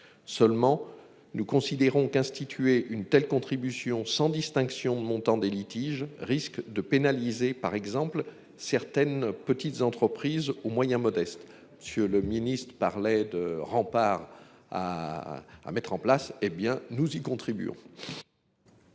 Seulement, nous considérons qu'instituer une telle contribution sans distinction. Montant des litiges risque de pénaliser par exemple certaines petites entreprises aux moyens modestes. Monsieur le Ministre, parlait de rempart. À mettre en place, hé bien nous y contribuons.